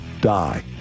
die